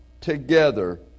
together